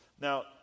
Now